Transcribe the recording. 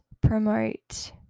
promote